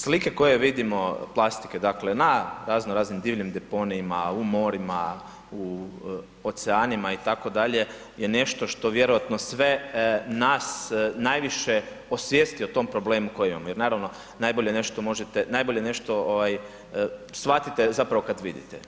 Pa evo, slike koje vidimo plastike dakle na razno raznim divljim deponijima, u morima, u oceanima itd., je nešto što vjerojatno sve nas najviše osvijesti o tom problemu koji imamo, jer naravno najbolje nešto možete, najbolje nešto ovaj shvatite zapravo kad vidite.